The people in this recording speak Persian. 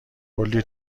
کلی